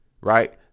right